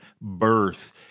birth